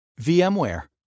VMware